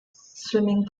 swimming